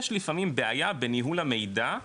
יש לפעמים בעיה בניהול המידע,